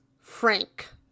Frank